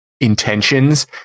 intentions